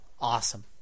Awesome